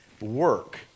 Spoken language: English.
work